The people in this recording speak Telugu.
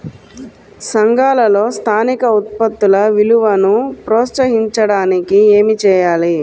సంఘాలలో స్థానిక ఉత్పత్తుల విలువను ప్రోత్సహించడానికి ఏమి చేయాలి?